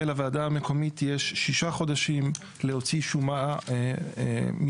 ולוועדה המקומית יש ששה חודשים להוציא שומה מטעמה,